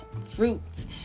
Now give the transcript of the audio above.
fruits